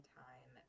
time